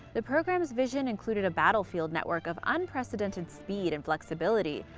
the program's vision included a battlefield network of unprecedented speed and flexibility,